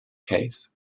case